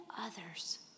others